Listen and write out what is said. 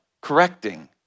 correcting